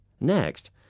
Next